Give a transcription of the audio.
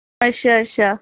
अच्छा अच्छा